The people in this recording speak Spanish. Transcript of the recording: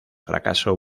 fracaso